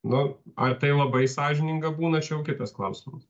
nu ar tai labai sąžininga būna čia jau kitas klausimas